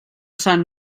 sant